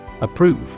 Approve